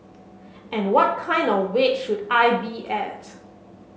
and what kind of weight should I be at